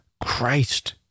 Christ